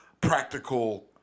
practical